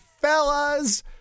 fellas